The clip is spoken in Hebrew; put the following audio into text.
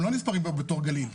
הם לא נספרים פה בתור גליל.